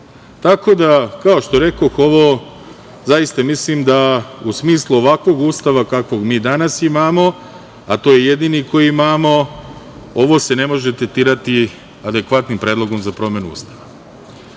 da, kao što rekoh, ovo zaista mislim da u smislu ovakvog Ustava kakvog mi danas imamo, a to je jedini koji imamo, ovo se ne može tretirati adekvatnim Predlogom za promenu Ustava. Iako